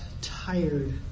tired